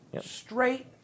Straight